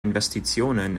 investitionen